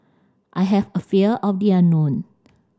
I have a fear of the unknown